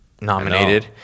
nominated